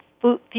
food